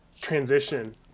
transition